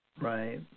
Right